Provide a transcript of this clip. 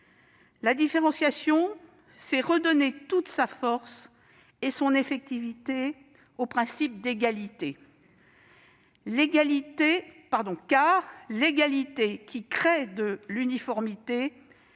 La différenciation doit redonner toute sa force et son effectivité au principe d'égalité, car « l'égalité, qui crée de l'uniformité